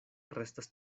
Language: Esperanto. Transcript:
restas